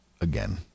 again